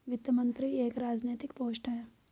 वित्त मंत्री एक राजनैतिक पोस्ट है